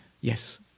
Yes